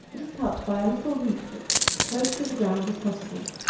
it is cut by a little reap-hook, close to the ground as possible.